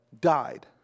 died